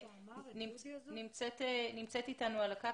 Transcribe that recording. נמצאת אתנו על הקו